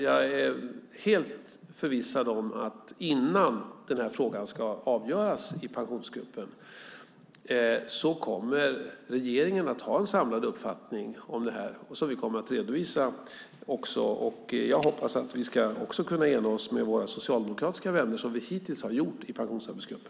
Jag är helt förvissad om att innan frågan ska avgöras i Pensionsgruppen kommer regeringen att ha en samlad uppfattning som regeringen kommer att redovisa. Jag hoppas att vi också kan ena oss med våra socialdemokratiska vänner, som vi hittills har gjort i Pensionsgruppen.